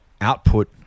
output